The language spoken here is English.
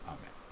Amen